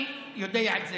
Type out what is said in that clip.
אז ילך,